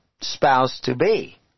spouse-to-be